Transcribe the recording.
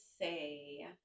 say